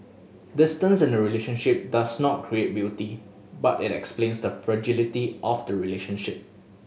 distance in a relationship does not create beauty but it explains the fragility of the relationship